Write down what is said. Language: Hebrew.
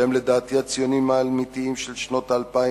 שהם לדעתי הציונים האמיתיים של שנות האלפיים